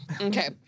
Okay